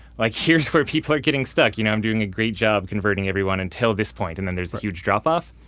like here's where people are getting stuck. you know i'm doing a great job converting everyone until this point. and then there's a huge drop off.